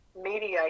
mediate